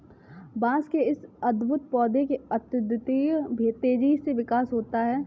बांस के इस अद्भुत पौधे में अद्वितीय तेजी से विकास होता है